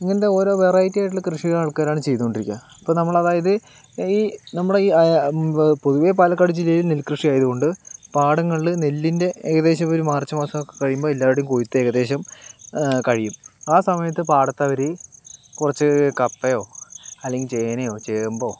ഇങ്ങനത്തെ ഓരോ വെറൈറ്റി ആയിട്ടുള്ള കൃഷികൾ ആൾക്കാരാണ് ചെയ്തുകൊണ്ടിരിക്കുക ഇപ്പോൾ നമ്മളതായത് ഈ നമ്മുടെ ഈ പൊതുവേ പാലക്കാട് ജില്ലയിൽ നെൽകൃഷി ആയതുകൊണ്ട് പാടങ്ങളിൽ നെല്ലിൻ്റെ ഏകദേശം ഒരു മാർച്ച് മാസമൊക്കെ കഴിയുമ്പോൾ എല്ലാവിടേയും കൊയ്ത്ത് ഏകദേശം കഴിയും ആ സമയത്ത് പാടത്തവര് കുറച്ച് കപ്പയോ അല്ലെങ്കിൽ ചേനയോ ചേമ്പോ